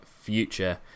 future